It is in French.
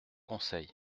conseil